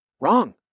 Wrong